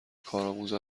کارآموز